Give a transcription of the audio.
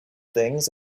things